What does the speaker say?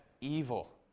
evil